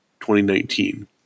2019